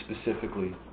specifically